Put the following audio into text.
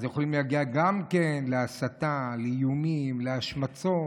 אז יכולים להגיע גם כן להסתה, לאיומים, להשמצות.